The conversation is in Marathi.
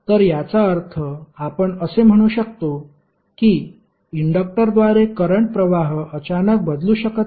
तर याचा अर्थ आपण असे म्हणू शकतो की इंडक्टरद्वारे करंट प्रवाह अचानक बदलू शकत नाही